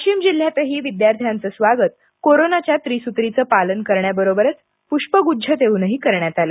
वाशिम जिल्ह्यातही विद्यार्थ्यांचं स्वागत कोरोनाच्या त्रिसूत्रीचे पालन करण्याबरोबरच प्ष्प गुच्छ देऊनही करण्यात आलं